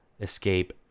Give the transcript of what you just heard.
escape